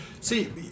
See